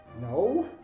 No